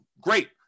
Great